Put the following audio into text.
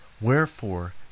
Wherefore